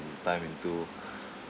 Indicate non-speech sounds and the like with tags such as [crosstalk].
time into [breath]